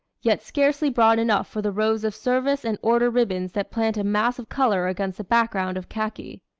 yet scarcely broad enough for the rows of service and order ribbons that plant a mass of color against the background of khaki.